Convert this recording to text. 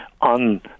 on